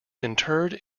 interred